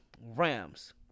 Rams